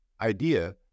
idea